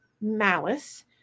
malice